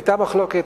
היתה מחלוקת,